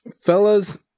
fellas